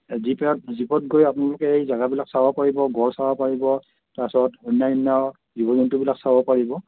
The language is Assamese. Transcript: জীপ জীপত গৈ আপোনালোকে এই জেগাবিলাক চব চাব পাৰিব গঁড় চাব পাৰিব তাৰপিছত অন্যান্য জীৱ জন্তুবিলাক চাব পাৰিব